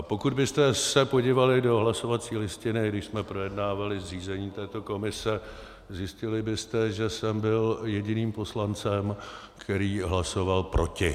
Pokud byste se podívali do hlasovací listiny, když jsme projednávali zřízení této komise, zjistili byste, že jsem byl jediným poslancem, který hlasoval proti.